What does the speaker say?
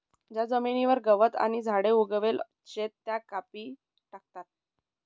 ज्या जमीनवर गवत आणि झाडे उगेल शेत त्या कापी टाका